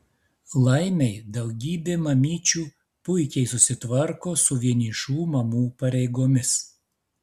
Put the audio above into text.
laimei daugybė mamyčių puikiai susitvarko su vienišų mamų pareigomis